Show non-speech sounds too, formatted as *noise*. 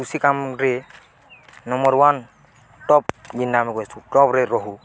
କୃଷି କାମରେ number one top ବିନ୍ ଆମେ *unintelligible* ରହୁ